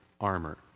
armor